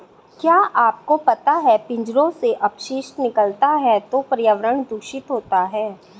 क्या आपको पता है पिंजरों से अपशिष्ट निकलता है तो पर्यावरण दूषित होता है?